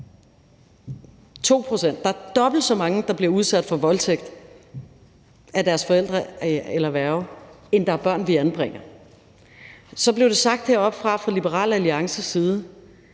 2 pct. af børnene, dobbelt så mange, der bliver udsat for voldtægt af deres forældre eller værge, end der er børn, vi anbringer. Så blev det sagt heroppefra fra Liberal Alliances side,